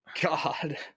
God